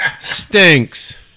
Stinks